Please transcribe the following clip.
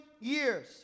years